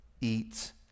eats